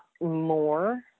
more